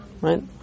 right